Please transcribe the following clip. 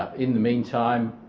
um in the meantime,